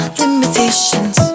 limitations